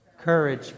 Courage